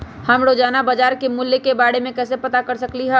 हम रोजाना बाजार के मूल्य के के बारे में कैसे पता कर सकली ह?